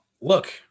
look